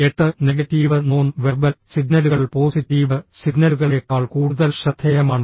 എട്ട് negative non verbal സിഗ്നലുകൾ positive സിഗ്നലുകളേക്കാൾ കൂടുതൽ ശ്രദ്ധേയമാണ്